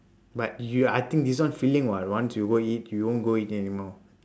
but you I think this one feeling [what] you want to go eat you won't go eat anymore